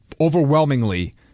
Overwhelmingly